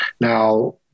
Now